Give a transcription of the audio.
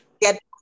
Get